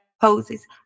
poses